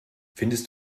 findest